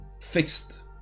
fixed